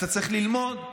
אתה צריך ללמוד,